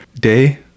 day